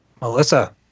Melissa